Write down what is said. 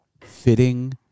fitting